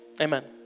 Amen